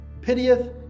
pitieth